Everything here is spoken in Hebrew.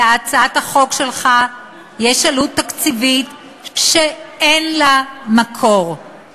להצעת החוק שלך יש עלות תקציבית שאין לה מקור,